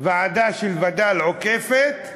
ועדה של וד"ל עוקפת,